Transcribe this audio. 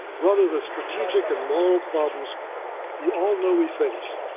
rather, the strategic and moral problems we all know we face